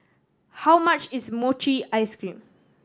how much is mochi ice cream